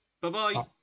Bye-bye